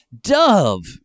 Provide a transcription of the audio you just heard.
dove